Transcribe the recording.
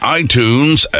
itunes